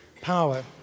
power